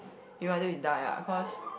you rather you die ah cause